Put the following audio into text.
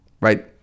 right